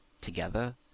together